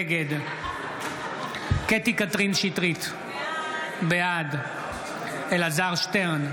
נגד קטי קטרין שטרית, בעד אלעזר שטרן,